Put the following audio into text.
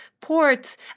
ports